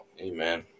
Amen